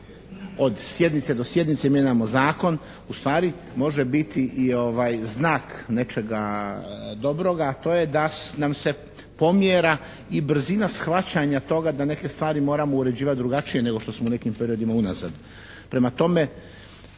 od sjednice do sjednice mijenjamo zakon, ustvari može biti i znak nečega dobroga a to je da nam se pomjera i brzina shvaćanja toga da neke stvari moramo uređivati drugačije nego što smo u nekim periodima unazad.